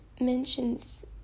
mentions